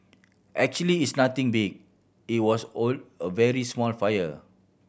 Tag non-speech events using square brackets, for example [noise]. actually it's nothing big it was [unintelligible] a very small fire